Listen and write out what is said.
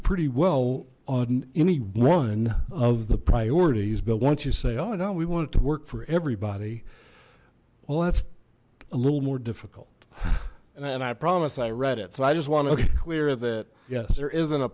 pretty well on any one of the priorities but once you say oh no we want it to work for everybody well that's a little more difficult and i promise i read it so i just want to clear that yes there isn't a